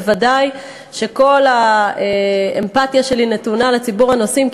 ודאי שכל האמפתיה שלי נתונה לציבור הנוסעים,